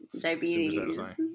diabetes